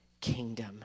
kingdom